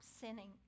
sinning